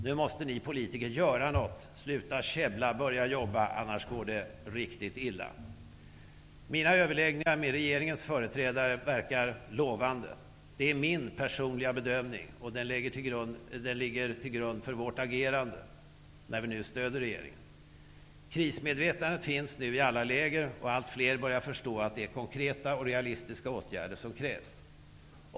Nu måste ni politiker göra någonting. Sluta käbbla, börja jobba, annars går det riktigt illa. Mina överläggningar med regeringens företrädare verkar lovande. Det är min personliga bedömning, och den ligger till grund för vårt agerande när vi nu stöder regeringen. Krismedvetandet finns nu i alla läger. Allt fler människor börjar förstå att det är konkreta och realistiska åtgärder som krävs.